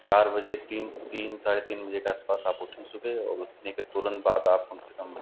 चार बजे तीन तीन साढ़े तीन बजे के आस पास आप उठें सुबह और उठने के तुंरत बाद आप कम से कम